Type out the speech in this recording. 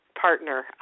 partner